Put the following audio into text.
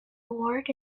award